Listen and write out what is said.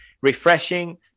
refreshing